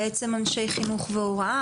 אנשי חינוך והוראה,